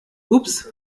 ups